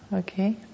Okay